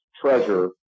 treasure